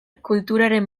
kulturaren